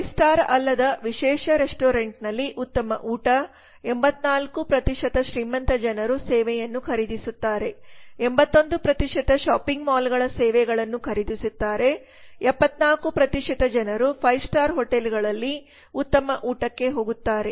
5 star ಅಲ್ಲದ ವಿಶೇಷ ರೆಸ್ಟೋರೆಂಟ್ನಲ್ಲಿ ಉತ್ತಮ ಊಟ 84 ಶ್ರೀಮಂತ ಜನರು ಸೇವೆಯನ್ನು ಖರೀದಿಸುತ್ತಾರೆ 81 ಶಾಪಿಂಗ್ ಮಾಲ್ಗಳ ಸೇವೆಗಳನ್ನು ಖರೀದಿಸುತ್ತಾರೆ 74 ಜನರು 5 ಸ್ಟಾರ್ ಹೋಟೆಲ್ಗಳಲ್ಲಿ ಉತ್ತಮ ಊಟಕ್ಕೆ ಹೋಗುತ್ತಾರೆ